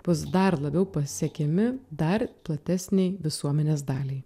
bus dar labiau pasiekiami dar platesnei visuomenės daliai